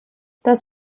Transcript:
das